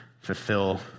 fulfill